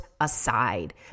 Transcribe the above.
aside